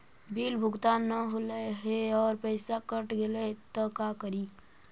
Bill भुगतान न हौले हे और पैसा कट गेलै त का करि?